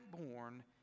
born